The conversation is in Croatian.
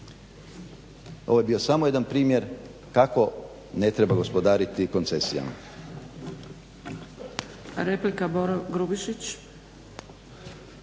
Ovo je bio samo jedan primjer kako ne treba gospodariti koncesijama.